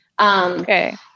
Okay